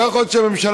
לא יכול להיות שהממשלה,